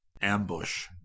Ambush